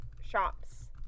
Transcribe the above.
shops